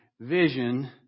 vision